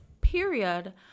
period